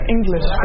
English